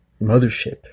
mothership